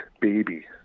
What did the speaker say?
Baby